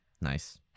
Nice